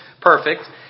perfect